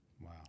Wow